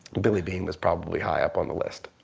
billy beane was probably high up on the list.